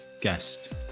guest